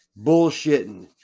bullshitting